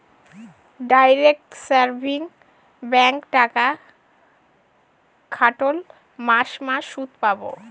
direct savings ব্যাঙ্কে টাকা খাটোল মাস মাস সুদ পাবো